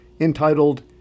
entitled